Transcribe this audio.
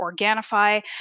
Organifi